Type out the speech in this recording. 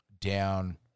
down